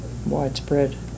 widespread